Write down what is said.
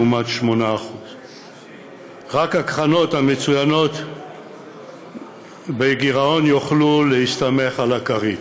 לעומת 8%. רק הקרנות המצויות בגירעון יוכלו להסתמך על הכרית.